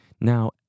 Now